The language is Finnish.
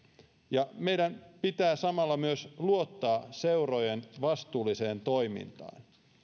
ja meidän pitää samalla myös luottaa seurojen vastuulliseen toimintaan